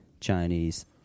Chinese